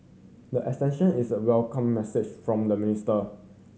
the extension is a welcome message from the minister